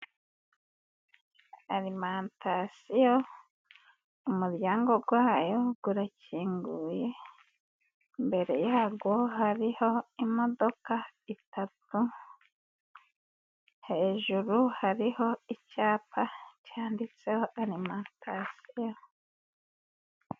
Arimantasiyo umuryango wayo urakinguye. Imbere yawo, hariho imodoka eshatu. Hejuru hariho icyapa cyanditseho arimantasiyo.